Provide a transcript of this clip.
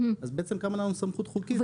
אז בעצם גם אין לנו סמכות חוקית לבצע חקירה.